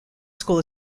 school